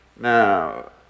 Now